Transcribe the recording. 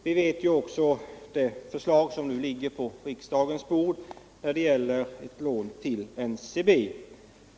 Vi vet också att det nu ligger ett förslag på riksdagens bord om ett lån till NCB.